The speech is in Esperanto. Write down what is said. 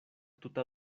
tuta